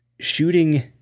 Shooting